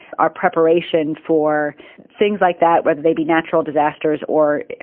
our preparation for things like that, whether they be natural disasters or,